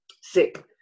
sick